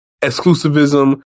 exclusivism